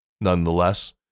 Nonetheless